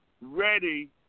ready